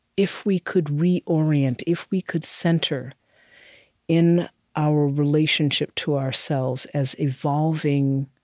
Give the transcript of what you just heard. if we could reorient, if we could center in our relationship to ourselves as evolving,